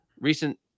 Recent